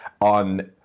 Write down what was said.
On